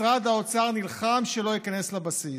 משרד האוצר נלחם שלא ייכנס לבסיס.